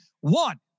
One